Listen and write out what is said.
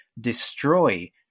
destroy